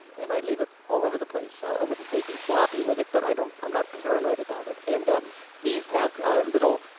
and i leave it all over the place. so i wouldn't say be sloppy with it, but i don't, i'm not paranoid about it, and these have a little,